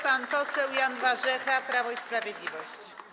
Pan poseł Jan Warzecha, Prawo i Sprawiedliwość.